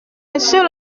monsieur